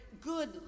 good